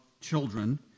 children